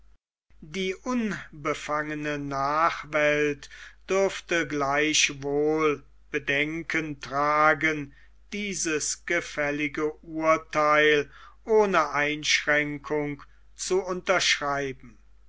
die unbefangene nachwelt dürfte gleichwohl bedenken tragen dieses gefällige urtheil ohne einschränkung zu unterschreiben